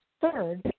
third